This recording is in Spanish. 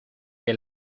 que